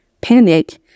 panic